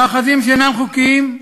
המאחזים שאינם חוקיים,